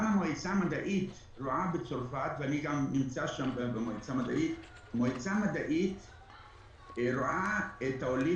גם המועצה המדעית ואני נמצא במעוצה המדעית רואה את העולים